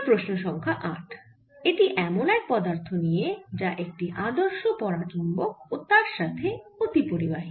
প্রশ্ন সংখ্যা 8 এটি এমন এক পদার্থ নিয়ে যা একটি আদর্শ পরাচুম্বক ও তার সাথে অতিপরিবাহী